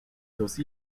aussi